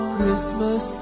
Christmas